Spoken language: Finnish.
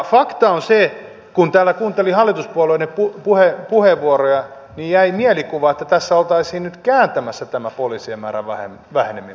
fakta on se että kun täällä kuunteli hallituspuolueiden puheenvuoroja niin jäi mielikuva että tässä oltaisiin nyt kääntämässä tämä poliisien määrän väheneminen